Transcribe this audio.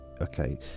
Okay